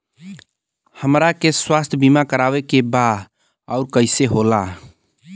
हमरा के स्वास्थ्य बीमा कराए के बा उ कईसे होला?